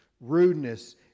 Rudeness